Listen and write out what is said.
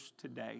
today